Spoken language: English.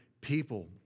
people